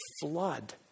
flood